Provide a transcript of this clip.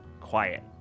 quiet